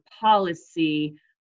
policy